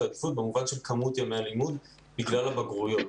העדיפות במובן של כמות ימי הלימוד בגלל הבגרויות,